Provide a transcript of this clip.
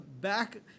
back